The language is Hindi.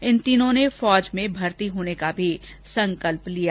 इन तीनों ने फौज में भर्ती होने का भी संकल्प लिया